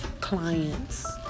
clients